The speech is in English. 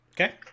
okay